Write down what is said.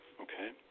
okay